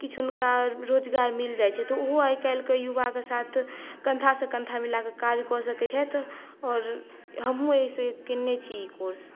किछु हुनका रोजगार मिल जाइत छै तऽ ओहो आइ काल्हि के युवाके साथ कन्धा सॅं कन्धा मिलाकऽ काज कऽ सकै छथि आओर हमहुँ एहिसॅं केयने छी ई कोर्स